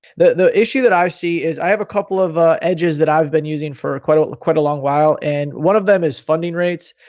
the the issue that i see is i have a couple of ah edges that i've been using for quite quite a long while and one of them is funding rates.